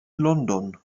london